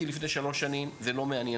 על לפני שלוש שנים זה לא מעניין אותי.